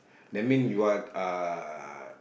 that mean you are uh